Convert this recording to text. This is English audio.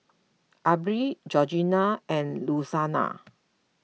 Aubree Georgina and Louanna